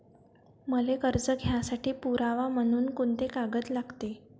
मले कर्ज घ्यासाठी पुरावा म्हनून कुंते कागद लागते?